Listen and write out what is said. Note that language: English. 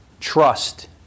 Trust